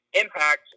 Impact